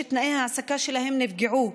תנאי ההעסקה שלהם נפגעו,